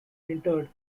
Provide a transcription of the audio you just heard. interred